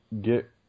get